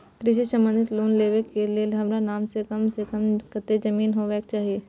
कृषि संबंधी लोन लेबै के के लेल हमरा नाम से कम से कम कत्ते जमीन होबाक चाही?